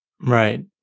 Right